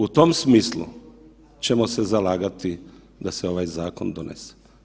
U tom smislu ćemo se zalagati da se ovaj zakon donese.